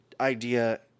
idea